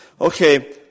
okay